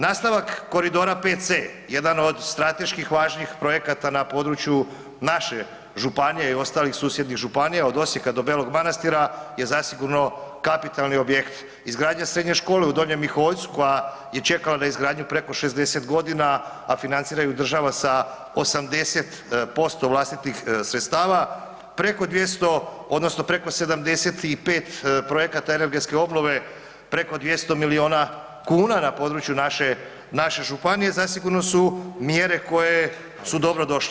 Nastavak koridora 5c, jedan od strateških važnih projekata na području naše županije i ostalih susjednih županija, od Osijeka do Belog Manastira je zasigurno kapitalni objekt izgradnja srednje škole u Donjem Miholjcu koja je čekala na izgradnju preko 60 g. a financira ju država sa 80% vlastitih sredstava, preko 200 odnosno preko 75 projekata energetske obnove preko 200 milijuna kuna na području naše, naše županije zasigurno su mjere koje su dobro došle.